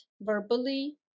verbally